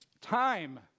Time